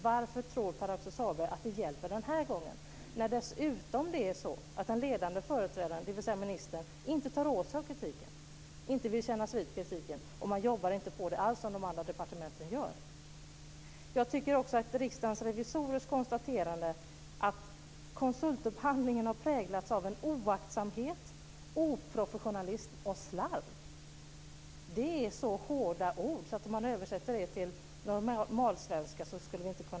Varför tror Pär Axel Sahlberg att det hjälper den här gången när den ledande företrädaren, dvs. ministern, inte vill kännas vid kritiken? På Näringsdepartementet jobbar man inte alls på den som de andra departementen gör. Riksdagens revisorers konstaterar att konsultupphandlingen har präglats av oaktsamhet, oprofessionalism och slarv. Det är hårda ord om man översätter dem till normalsvenska.